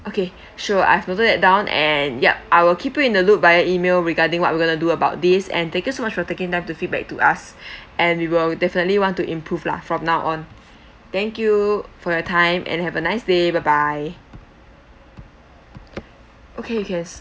okay sure I have that down and ya I will keep you in the loop via email regarding what we're gonna do about this and thank you so much for taking them to feedback to us and we will definitely want to improve lah from now on thank you for your time and have a nice day bye bye okay you can s~